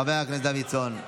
חבר הכנסת דוידסון.